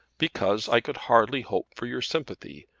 because i could hardly hope for your sympathy.